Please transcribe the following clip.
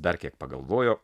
dar kiek pagalvojo